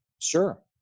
sure